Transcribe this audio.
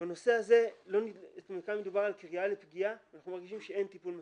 כאן מדובר על קריאה לפגיעה ואנחנו מרגישים שאין טיפול מספיק.